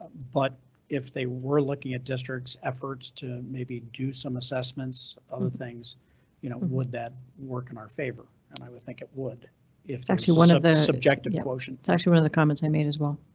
but if they were looking at district's efforts to maybe do some assessments, other things you know would that work in our favor? and i would think it would if it actually one of the subjective quotient is actually one of the comments i made as well.